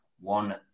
one